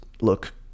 look